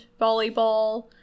volleyball